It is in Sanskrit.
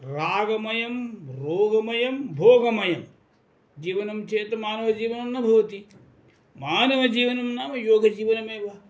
रागमयं रोगमयं भोगमयं जीवनं चेत् मानवजीवनं न भवति मानवजीवनं नाम योगजीवनमेव